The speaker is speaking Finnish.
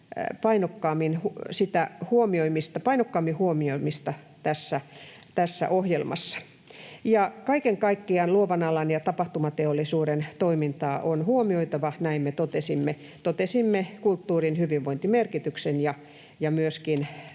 painokkaampaa huomioimista tässä ohjelmassa.” Kaiken kaikkiaan luovan alan ja tapahtumateollisuuden toimintaa on huomioitava, näin me totesimme. Totesimme kulttuurin hyvinvointimerkityksen ja myöskin